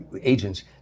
agents